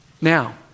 Now